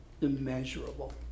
immeasurable